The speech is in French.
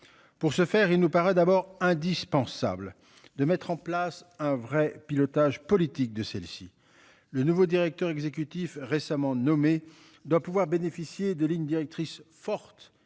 Pour ce faire, il nous paraît d'abord indispensable de mettre en place un vrai pilotage politique de celle-ci. Le nouveau directeur exécutif récemment nommé doit pouvoir bénéficier de lignes directrices forte